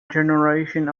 generation